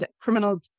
criminal